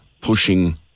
pushing